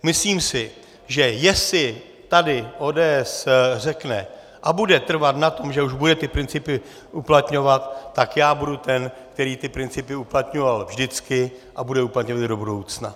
Myslím si, že jestli tady ODS řekne a bude trvat na tom, že už bude ty principy uplatňovat, tak já budu ten, který ty principy uplatňoval vždycky a bude je uplatňovat i do budoucna.